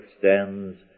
extends